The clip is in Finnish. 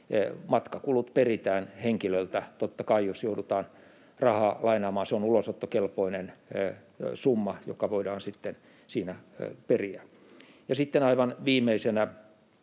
matkakulut peritään henkilöltä, totta kai, jos joudutaan rahaa lainaamaan. Se on ulosottokelpoinen summa, joka voidaan sitten siinä periä. Ja sitten aivan viimeisenä: